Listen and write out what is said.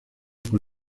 con